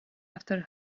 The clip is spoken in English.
after